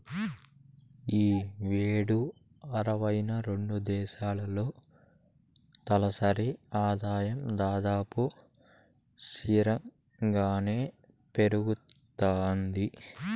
ఈ యేడు అరవై రెండు దేశాల్లో తలసరి ఆదాయం దాదాపు స్తిరంగానే పెరగతాంది